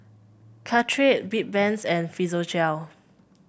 Caltrate Bedpans and Physiogel